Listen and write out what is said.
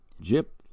jip